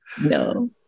No